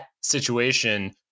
situation